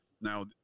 Now